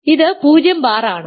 ഇത് 0 ബാർ ആണ്